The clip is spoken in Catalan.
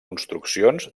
construccions